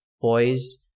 boys